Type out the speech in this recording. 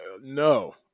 no